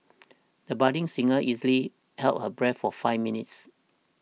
the budding singer easily held her breath for five minutes